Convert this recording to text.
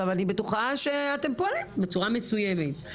אני בטוחה שאתם פועלים בצורה מסוימת.